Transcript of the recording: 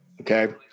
okay